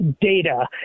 data